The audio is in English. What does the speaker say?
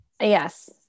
Yes